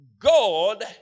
God